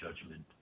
judgment